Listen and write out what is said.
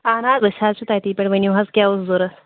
اَہَن حظ أسۍ حظ چھِ تَتی پٮ۪ٹھ ؤنِو حظ کیٚاہ اوس ضروٗرت